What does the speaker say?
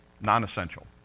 non-essential